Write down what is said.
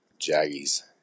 Jaggies